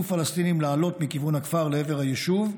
פלסטינים לעלות מכיוון הכפר לעבר היישוב,